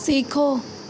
सीखो